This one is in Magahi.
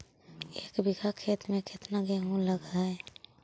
एक बिघा खेत में केतना गेहूं लग है?